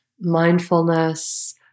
mindfulness